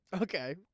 Okay